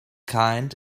kind